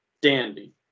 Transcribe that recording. dandy